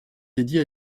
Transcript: dédiée